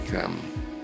come